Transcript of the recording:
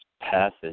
passage